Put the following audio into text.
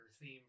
theme